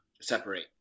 separate